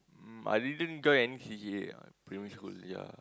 um I didn't join any C_C_A ah primary school ya